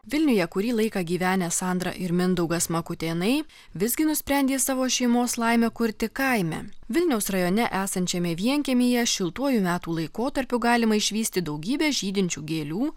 vilniuje kurį laiką gyvenę sandra ir mindaugas makutėnui visgi nusprendė savo šeimos laimę kurti kaime vilniaus rajone esančiame vienkiemyje šiltuoju metų laikotarpiu galima išvysti daugybę žydinčių gėlių